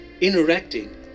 interacting